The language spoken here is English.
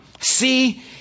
See